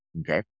Okay